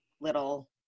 little